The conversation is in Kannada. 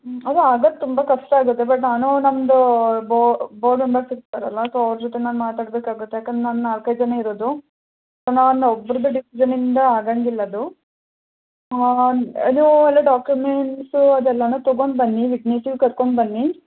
ಹ್ಞೂಅದು ಆಗದು ತುಂಬ ಕಷ್ಟ ಆಗುತ್ತೆ ಬಟ್ ನಾನು ನಮ್ಮದು ಬೋರ್ಡ್ ಮೆಂಬರ್ಸ್ ಇರ್ತಾರಲ್ಲ ಸೊ ಅವ್ರ ಜೊತೆ ನಾನು ಮಾತಾಡಬೇಕಾಗುತ್ತೆ ಯಾಕಂದರೆ ನಾವು ನಾಲ್ಕೈದು ಜನ ಇರೋದು ನಾನು ಒಬ್ರದ್ದೇ ಡಿಸಿಷನಿಂದ ಆಗಂಗಿಲ್ಲ ಅದು ನೀವು ಎಲ್ಲ ಡಾಕ್ಯುಮೆಂಟ್ಸು ಅದೆಲ್ಲಾ ತೊಗೊಂಡು ಬನ್ನಿ ವಿಟ್ನೆಸಿಗು ಕರ್ಕೊಂಡು ಬನ್ನಿ